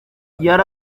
yari